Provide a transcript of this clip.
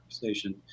Conversation